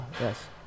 Yes